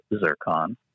zircon